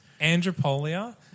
andropolia